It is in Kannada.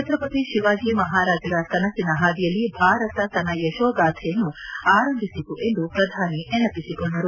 ಭಕ್ರಪತಿ ಶಿವಾಜಿ ಮಹಾರಾಜರ ಕನಸಿನ ಪಾದಿಯಲ್ಲಿ ಭಾರತ ತನ್ನ ಯಕೋಗಾಥೆಯನ್ನು ಆರಂಭಿಸಿತು ಎಂದು ಪ್ರಧಾನಿ ನೆನಪಿಸಿಕೊಂಡರು